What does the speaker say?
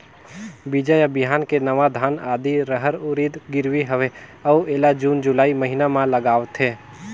बीजा या बिहान के नवा धान, आदी, रहर, उरीद गिरवी हवे अउ एला जून जुलाई महीना म लगाथेव?